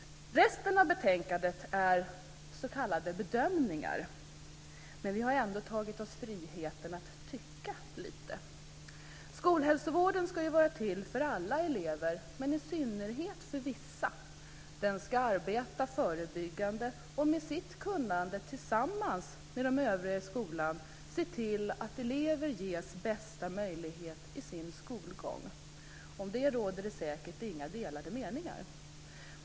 Resten av betänkandet gäller s.k. bedömningar. Men vi har ändå tagit oss friheten att tycka lite. Skolhälsovården ska vara till för alla elever, men i synnerhet för vissa. Den ska arbeta förebyggande och med sitt kunnande tillsammans med de övriga i skolan se till att elever ges bästa möjlighet i sin skolgång. Om detta råder det säkert inga delade meningar.